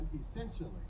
essentially